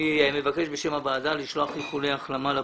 אני מבקש בשם הוועדה לשלוח איחולי החלמה לפצועים.